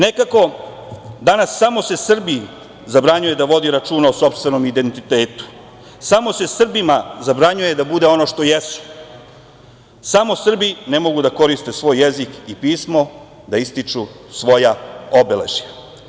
Nekako danas samo se Srbi zabranjuje da vodi računa o sopstvenom identitetu, samo se Srbima zabranjuje da budu ono što jesu, samo Srbi ne mogu da koriste svoj jezik i pismo da ističu svoja obeležja.